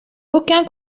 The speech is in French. aucun